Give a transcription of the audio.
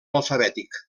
alfabètic